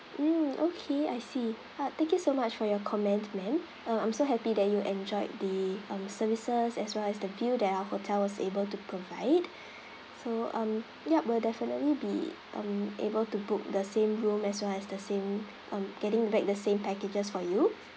mm okay I see ah thank you so much for your comment ma'am err I'm so happy that you enjoyed the um services as well as the view that our hotel was able to provide so um yup will definitely be um able to book the same room as well as the same um getting back the same packages for you